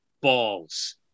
balls